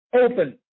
open